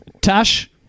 tash